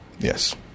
Yes